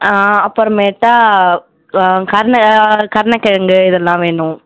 ஆ அப்புறமேட்டா ஆ கருண கருணகிழங்கு இதெல்லாம் வேணும்